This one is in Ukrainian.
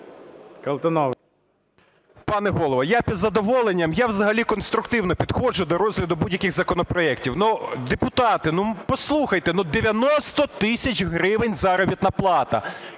Пане Голово, я б із задоволенням. Я взагалі конструктивно підходжу до розгляду будь-яких законопроектів. Депутати, послухайте: 90 тисяч гривень заробітна плата